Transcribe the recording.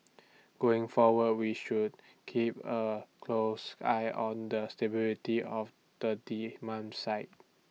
going forward we should keep A close eye on the stability of the demand side